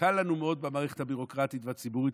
קל לנו מאוד במערכת הביורוקרטית והציבורית